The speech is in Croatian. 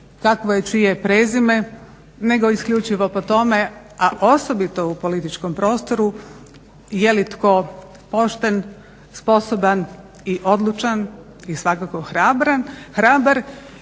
kakvo je čije prezime nego isključivo po tome, a osobito u političkom prostoru jeli tko pošten, sposoban i odlučan i svakako hrabar